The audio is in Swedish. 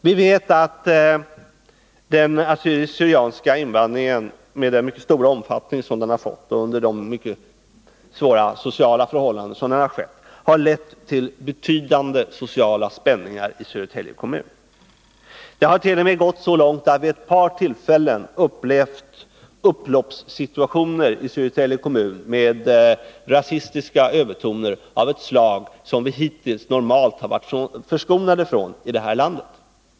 Vi vet att den assyriska/syrianska invandringen, med den mycket stora omfattning som den fått och under de mycket svåra sociala förhållanden som den skett, har lett till betydande sociala spänningar i Södertälje kommun. Det har t.o.m. gått så långt att vi vid ett par tillfällen upplevt upploppssituationer i Södertälje kommun, med rasistiska övertoner av ett slag som vi hittills normalt varit förskonade från i det här landet.